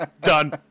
Done